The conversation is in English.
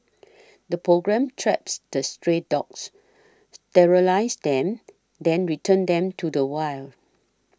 the programme traps the stray dogs sterilises them then returns them to the wild